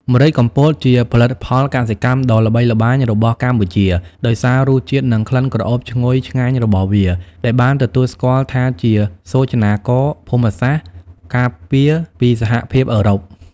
ម្រេចកំពតជាផលិតផលកសិកម្មដ៏ល្បីល្បាញរបស់កម្ពុជា ដោយសាររសជាតិ និងក្លិនក្រអូបឈ្ងុយឆ្ងាញ់របស់វា ដែលបានទទួលស្គាល់ថាជាសូចនាករភូមិសាស្ត្រការពារពីសហភាពអឺរ៉ុប ។